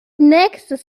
nächstes